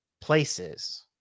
places